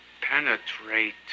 Penetrate